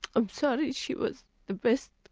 i'm sorry. she was the best,